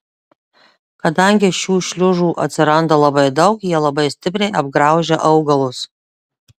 kadangi šių šliužų atsiranda labai daug jie labai stipriai apgraužia augalus